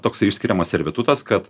toksai išskiriamas servitutas kad